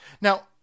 Now